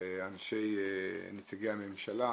לנציגי הממשלה.